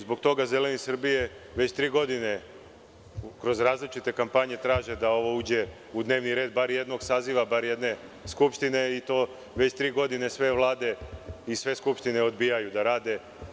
Zbog toga zeleni Srbije već tri godine kroz različite kampanje traže da ovo uđe u dnevni red bar jednog saziva, bar jedne Skupštine i već tri godine sve vlade i sve skupštine odbijaju to da rade.